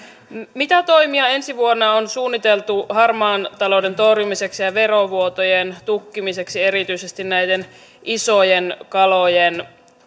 mitä toimia ensi vuonna on suunniteltu harmaan talouden torjumiseksi ja ja verovuotojen tukkimiseksi erityisesti näiden isojen kalojen